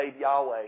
Yahweh